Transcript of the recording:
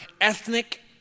ethnic